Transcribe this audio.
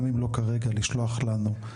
גם אם לא כרגע, לשלוח לנו,